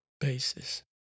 basis